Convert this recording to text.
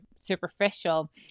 superficial